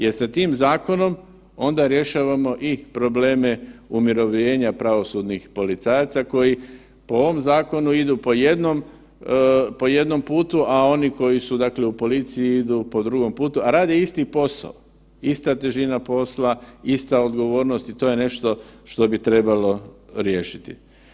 Jer sa tim zakonom onda rješavamo i probleme umirovljenja pravosudnih policajaca koji po ovom zakonu idu po jednom putu, a oni koji su dakle u policiji idu po drugom putu, a rade isti posao, ista težina posla, ista odgovornost i to je nešto što trebalo riješiti.